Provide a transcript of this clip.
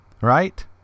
Right